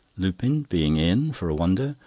lupin being in for a wonder,